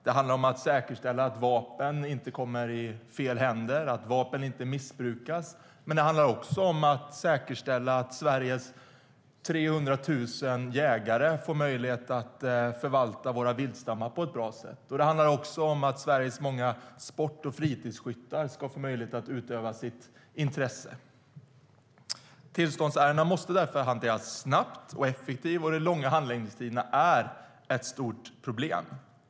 Det handlar om att säkerställa att vapen inte kommer i fel händer och att vapen inte missbrukas. Det handlar om att säkerställa att Sveriges 300 000 jägare får möjlighet att förvalta våra vildstammar på ett bra sätt. Det handlar om att Sveriges många sport och fritidsskyttar ska ha möjlighet att utöva sitt intresse. Tillståndsärendena måste därför hanteras snabbt och effektivt. De långa handläggningstiderna är ett stort problem.